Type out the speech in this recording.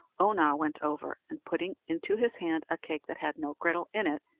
oonagh went over, and putting into his hand a cake that had no griddle in it,